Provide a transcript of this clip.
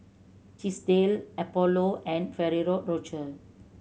Chesdale Apollo and Ferrero Rocher